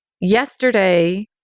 yesterday